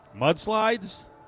Mudslides